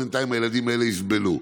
בינתיים הילדים האלה יסבלו.